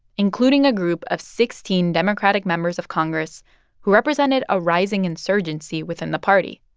including a group of sixteen democratic members of congress who represented a rising insurgency within the party.